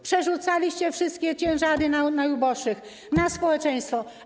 Przerzucaliście wszystkie ciężary na najuboższych, na społeczeństwo.